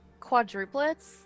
quadruplets